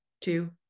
two